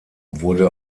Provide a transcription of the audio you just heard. wurde